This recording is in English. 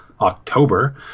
October